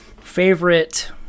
favorite